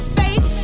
faith